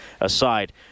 aside